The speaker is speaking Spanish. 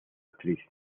actriz